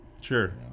Sure